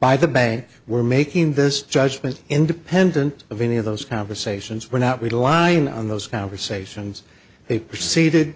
by the bank we're making this judgment independent of any of those conversations we're not relying on those conversations they proceed